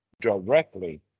directly